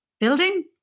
building